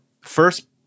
First